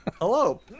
Hello